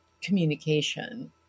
communication